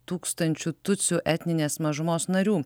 tūkstančių tutsių etninės mažumos narių